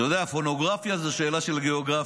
אתה יודע, פורנוגרפיה היא שאלה של גיאוגרפיה.